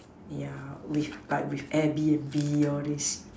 yeah which like with air B_N_B all these